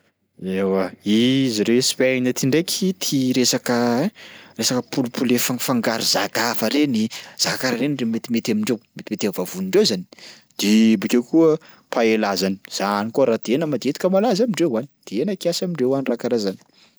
Eoa i zareo Espaina ty ndraiky tia resaka ein resaka poule-poulet afangofangaro zaka hafa reny zaka karaha reny ndre metimety amindreo, metimety am'vavonindreo zany. De bakeo koa paella zany, zany koa raha tena matetika malaza amindreo any, tena kiasy amindreo any raha karaha zany.